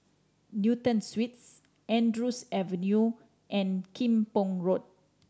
Newton Suites Andrews Avenue and Kim Pong Road